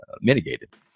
mitigated